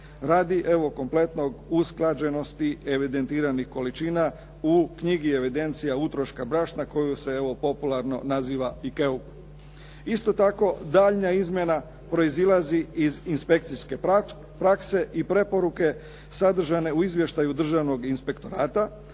radi evo kompletne usklađenosti evidentiranih količina u knjizi evidencija utroška brašna koju se evo popularno naziva i KEUB. Isto tako daljnja izmjena proizlazi iz inspekcijske prakse i preporuke sadržane u izvještaju Državnog inspektorata